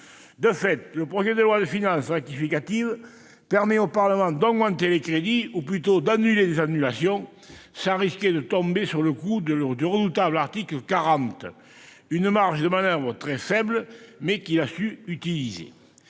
initiale. Le projet de loi de finances rectificative permet au Parlement d'augmenter les crédits, ou plutôt d'annuler des annulations, sans risquer de tomber sous le coup du redoutable article 40 de la Constitution : la marge de manoeuvre est très faible, mais il a su l'utiliser.